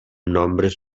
nombres